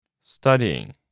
Studying